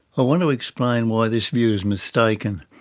i want to explain why this view is mistaken.